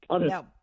No